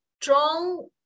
strong